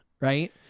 Right